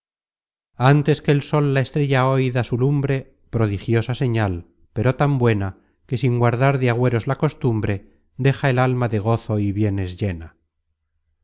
antes que el sol la estrella hoy da su lumbre prodigiosa señal pero tan buena que sin guardar de agüeros la costumbre deja el alma de gozo y bienes llena